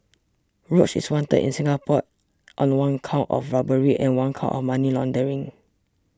Roach is wanted in Singapore on one count of robbery and one count of money laundering